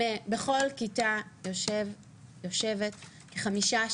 שבכל כיתה יושבים חמישה,